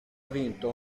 vinto